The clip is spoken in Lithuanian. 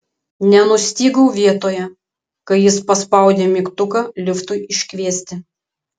nenustygau vietoje kai jis paspaudė mygtuką liftui iškviesti